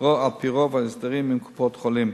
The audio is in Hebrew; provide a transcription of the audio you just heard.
הסדרים עם קופות-החולים.